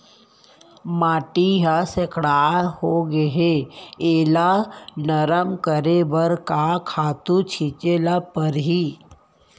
माटी सैकड़ा होगे है एला नरम करे बर का खातू छिंचे ल परहि?